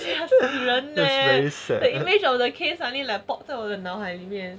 the image of the case only like pop 在我的脑海里面